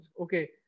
Okay